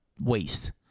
Waste